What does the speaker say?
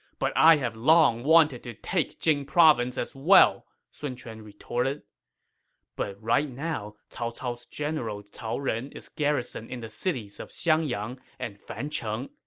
but i have longed wanted to take jing province as well, sun quan retorted but right now, cao cao's general cao ren is garrisoned in the cities of xiangyang and fancheng,